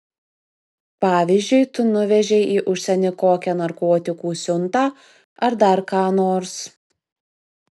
pavyzdžiui tu nuvežei į užsienį kokią narkotikų siuntą ar dar ką nors